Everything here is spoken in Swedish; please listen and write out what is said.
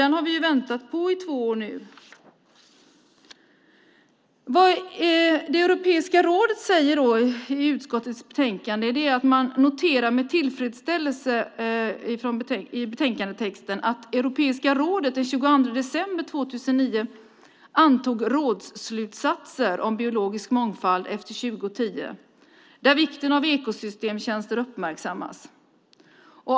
Den har vi väntat på i två år nu. Man noterar med tillfredsställelse i betänkandetexten att Europeiska rådet den 22 december 2009 antog rådsslutsatser om biologisk mångfald efter 2010, där vikten av ekosystemtjänster uppmärksammas.